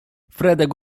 fredek